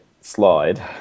slide